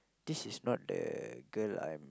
this is not the girl I'm